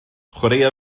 chwaraea